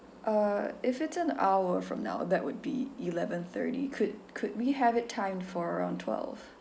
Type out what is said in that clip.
uh if it's an hour from now that would be eleven thirty could could we have it timed for around twelve